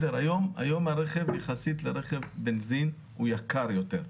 היום הרכב יחסית לרכב בנזין הוא יקר יותר.